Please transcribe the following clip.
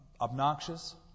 obnoxious